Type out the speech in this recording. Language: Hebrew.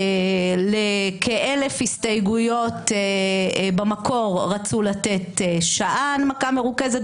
לכ-1,000 הסתייגויות במקור רצו לתת שעה הנמקה מרוכזת,